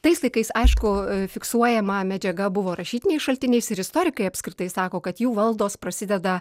tais laikais aišku fiksuojama medžiaga buvo rašytiniais šaltiniais ir istorikai apskritai sako kad jų valdos prasideda